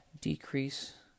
Decrease